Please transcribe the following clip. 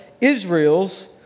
Israel's